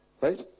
right